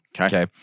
Okay